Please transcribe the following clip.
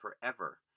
forever